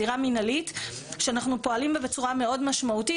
זירה מנהלית שאנחנו פועלים בה בצורה מאוד משמעותית,